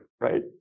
right